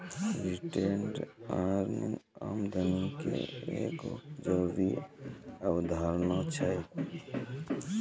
retained earning आमदनी के एगो जरूरी अवधारणा छै